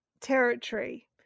territory